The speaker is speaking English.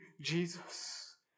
Jesus